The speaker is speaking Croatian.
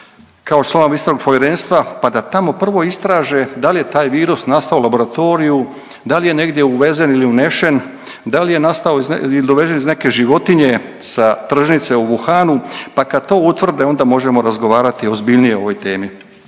kao članove Istražnog povjerenstva pa da tamo prvo istraže da li je taj virus nastao u laboratoriju, da li je negdje uvezen ili unesen, da li je nastao ili dovežen iz neke životinje sa tržnice u Wuhanu, pa kad to utvrde onda možemo razgovarati ozbiljnije o ovoj temi.